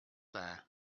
there